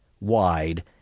wide